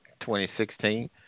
2016